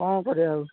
କ'ଣ କରିବା ଆଉ